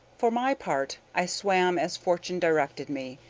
for my part, i swam as fortune directed me,